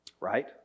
Right